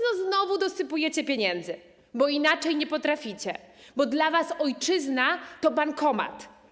Znowu dosypujecie pieniędzy, bo inaczej nie potraficie, bo dla was ojczyzna to bankomat.